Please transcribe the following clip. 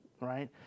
right